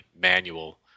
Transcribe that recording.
manual